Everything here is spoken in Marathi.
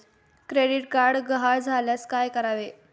क्रेडिट कार्ड गहाळ झाल्यास काय करावे?